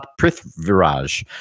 Prithviraj